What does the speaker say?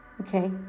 okay